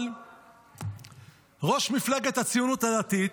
אבל ראש מפלגת הציונות הדתית